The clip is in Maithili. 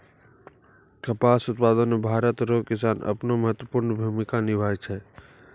कपास उप्तादन मे भरत रो किसान अपनो महत्वपर्ण भूमिका निभाय छै